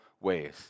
ways